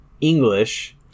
english